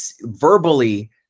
verbally